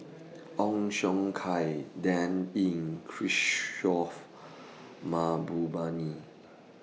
Ong Siong Kai Dan Ying Kishore Mahbubani